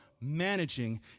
managing